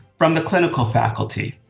from the clinical faculty,